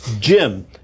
Jim